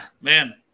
man